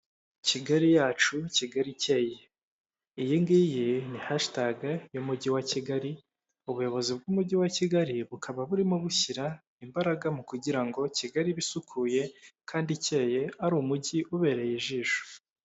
Kigali yacu, Kigali icyeye, iyi ngiyi ni hashitage y'Umujyi wa Kigali, ubuyobozi bw'Umujyi wa Kigali bukaba burimo bushyira imbaraga mu kugira ngo Kigali ibe isukuye kandi ikeye, ari Umujyi ubereye ijisho.